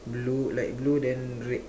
blue light blue then red